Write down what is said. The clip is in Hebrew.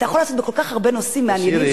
אתה יכול לעשות בכל כך הרבה נושאים מעניינים,